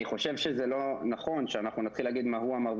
אני חושב שזה לא נכון שאנחנו נתחיל להגיד מה הוא אמר,